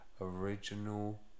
original